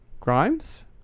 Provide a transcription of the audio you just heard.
grimes